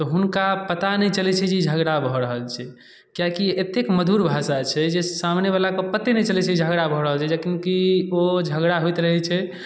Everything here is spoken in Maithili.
तऽ हुनका पता नहि चलै छै जे ई झगड़ा भऽ रहल छै किएक कि एतेक मधुर भाषा छै जे सामनेवला के पते नहि चलै छै जे झगड़ा भऽ रहल छै जखन की ओ झगड़ा होइत रहै छै